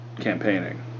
campaigning